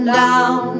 down